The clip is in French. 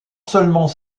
seulement